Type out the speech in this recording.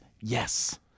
yes